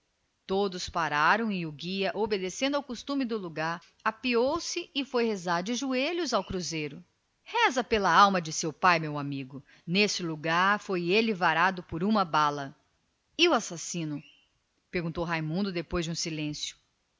todos pararam e o guia apeou-se e foi rezar de joelhos ao cruzeiro reze pela alma de seu pai meu amigo neste lugar foi ele varado por uma bala e o assassino perguntou raimundo depois de um silêncio